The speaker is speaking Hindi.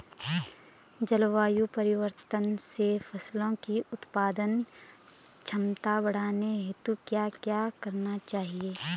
जलवायु परिवर्तन से फसलों की उत्पादन क्षमता बढ़ाने हेतु क्या क्या करना चाहिए?